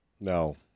No